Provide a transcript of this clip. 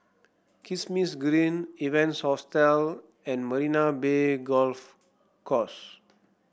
Kismis Green Evans Hostel and Marina Bay Golf Course